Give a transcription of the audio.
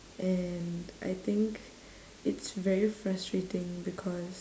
and I think it's very frustrating because